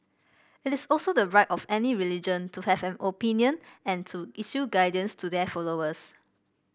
it is also the right of any religion to have an opinion and to issue guidance to their followers